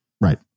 Right